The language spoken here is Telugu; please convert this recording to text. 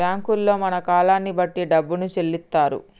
బ్యాంకుల్లో మన కాలాన్ని బట్టి డబ్బును చెల్లిత్తరు